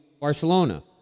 Barcelona